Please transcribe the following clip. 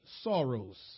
sorrows